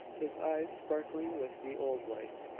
his eyes sparkling with the old light.